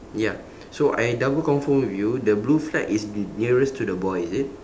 ya so I double confirm with you the blue flag is nearest to the boy is it